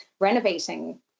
renovating